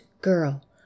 girl